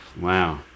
wow